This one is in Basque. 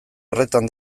horretan